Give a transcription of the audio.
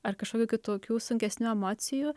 ar kažkokių kitokių sunkesnių emocijų